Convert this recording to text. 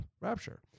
rapture